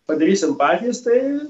padarysim patys tai